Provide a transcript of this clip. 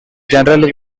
generally